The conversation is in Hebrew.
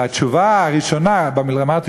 והתשובה הראשונה במלחמה,